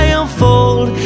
unfold